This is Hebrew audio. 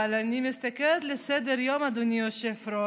אבל אני מסתכלת על סדר-היום, אדוני היושב-ראש,